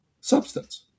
substance